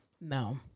No